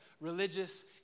religious